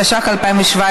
התשע"ח 2017,